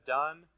done